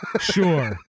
Sure